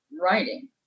writing